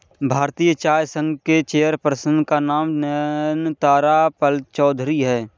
भारतीय चाय संघ के चेयर पर्सन का नाम नयनतारा पालचौधरी हैं